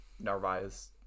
Narvaez